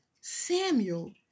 Samuel